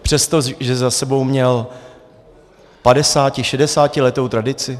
Přesto, že za sebou měl padesáti, šedesátiletou tradici.